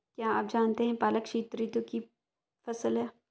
क्या आप जानते है पालक शीतऋतु की फसल है?